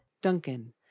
Duncan